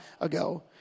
ago